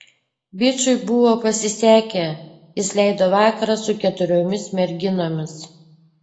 bičui buvo pasisekę jis leido vakarą su keturiomis merginomis